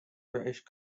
british